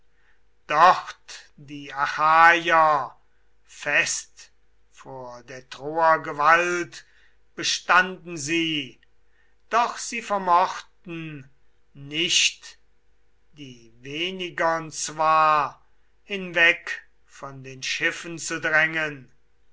dort die achaier fest vor der troer gewalt bestanden sie doch sie vermochten nicht die wenigern zwar hinweg von den schiffen zu drängen